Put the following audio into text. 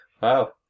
Wow